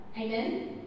Amen